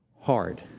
hard